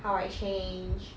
how I change